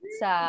sa